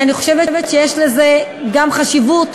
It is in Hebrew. כי אני חושבת שיש לזה גם חשיבות,